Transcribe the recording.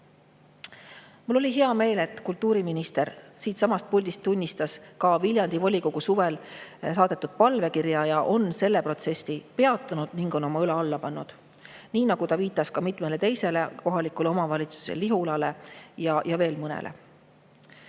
Mul oli hea meel, et kultuuriminister siitsamast puldist tunnistas[, et] Viljandi volikogu on suvel saatnud palvekirja ja ta on selle protsessi peatanud, oma õla alla pannud. Ta viitas ka mitmele teisele kohalikule omavalitsusele, Lihulale ja veel mõnele.